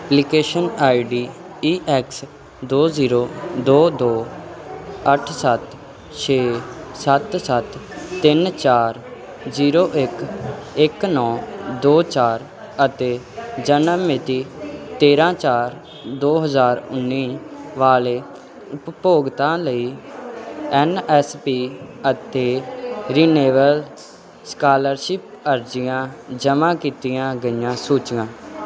application ID E X ਦੋ zero ਦੋ ਦੋ ਅੱਠ ਸੱਤ ਛੇ ਸੱਤ ਸੱਤ ਤਿੰਨ ਚਾਰ ਜ਼ੀਰੋ ਇੱਕ ਇੱਕ ਨੌਂ ਦੋ ਚਾਰ ਅਤੇ ਜਨਮ ਮਿਤੀ ਤੇਰ੍ਹਾਂ ਚਾਰ ਦੋ ਹਜ਼ਾਰ ਉੱਨੀ ਵਾਲੇ ਉਪਭੋਗਤਾ ਲਈ ਐਨ ਐਸ ਪੀ ਅਤੇ ਰਿਨਿਵੇਲ ਸਕਾਲਰਸ਼ਿਪ ਅਰਜ਼ੀਆਂ ਜਮ੍ਹਾਂ ਕੀਤੀਆਂ ਗਈਆਂ ਸੂਚੀਆਂ